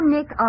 Nick